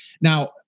Now